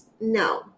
no